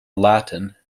latin